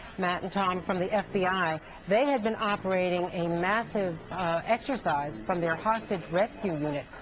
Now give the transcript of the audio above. matt, and tom, from the fbi they had been operating a massive exercise from their hostage rescue unit,